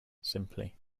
simply